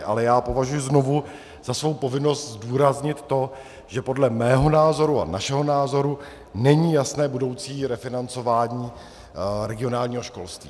Ale já považuju znovu za svou povinnost zdůraznit to, že podle mého názoru a našeho názoru není jasné budoucí refinancování regionálního školství.